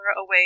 away